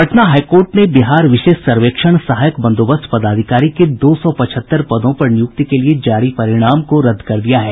Patna high court ने बिहार विशेष सर्वेक्षण सहायक बंदोबस्त पदाधिकारी के दो सौ पचहत्तर पदों पर नियुक्ति के लिये जारी परिणाम को रद्द कर दिया है